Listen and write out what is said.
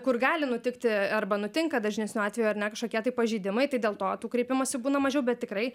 kur gali nutikti arba nutinka dažnesniu atveju ar ne kažkokie tai pažeidimai tai dėl to tų kreipimųsi būna mažiau bet tikrai